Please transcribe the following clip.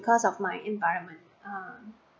because of my environment uh